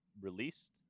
released